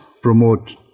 promote